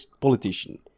politician